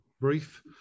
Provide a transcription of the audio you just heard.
brief